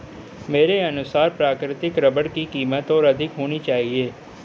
मेरे अनुसार प्राकृतिक रबर की कीमत और अधिक होनी चाहिए